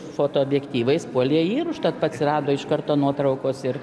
fotoobjektyvais puolė jį ir užtat atsirado iš karto nuotraukos ir